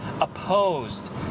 opposed